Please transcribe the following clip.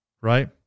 right